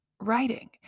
writing